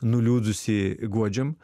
nuliūdusį guodžiam